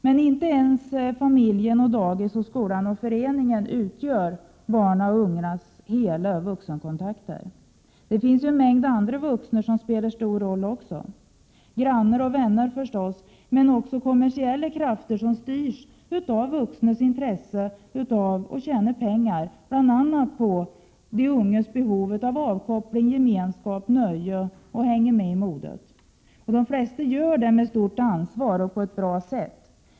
Men inte ens familjen, dagis, skolan och föreningen utgör den unges hela vuxenkontakt. Det finns en mängd andra vuxna som spelar en roll. Grannar och vänner förstås, men också kommersiella krafter som styrs av vuxnas intresse att tjäna pengar bl.a. på de ungas behov av avkoppling, gemenskap, nöje och att hänga med i modet. De flesta gör det med stort ansvar och på ett bra sätt.